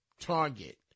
target